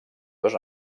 dos